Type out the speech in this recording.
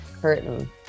curtain